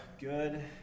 good